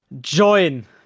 join